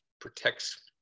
protects